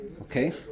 Okay